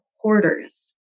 hoarders